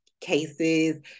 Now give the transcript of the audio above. cases